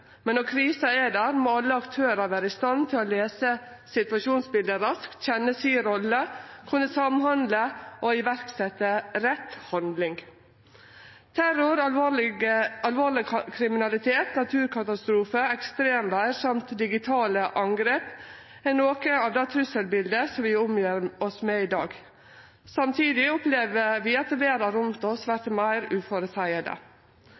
Men når krisa er der, må alle aktørar vere i stand til å lese situasjonsbildet raskt, kjenne si rolle, kunne samhandle og setje i verk rett handling. Terror, alvorleg kriminalitet, naturkatastrofar, ekstremvêr og digitale angrep er noko av det trusselbildet som vi omgjev oss med i dag. Samtidig opplever vi at verda rundt oss